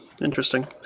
interesting